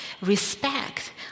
respect